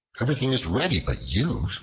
everything is ready but you,